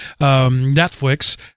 netflix